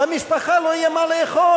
למשפחה לא יהיה מה לאכול.